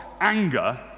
anger